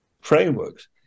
frameworks